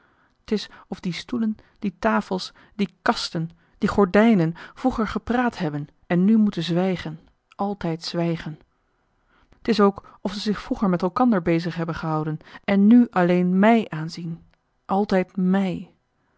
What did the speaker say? t is of die stoelen die tafels die kasten die gordijnen vroeger gepraat hebben en nu moeten zwijgen altijd zwijgen t is ook of ze zich vroeger met elkander bezig heben gehouden en nu alleen mij aanzien altijd mij